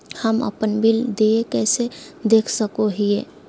हम अपन बिल देय कैसे देख सको हियै?